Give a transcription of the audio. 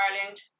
ireland